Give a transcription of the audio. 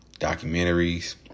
documentaries